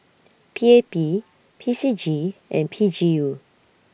P A P P C G and P G U